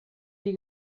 die